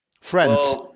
Friends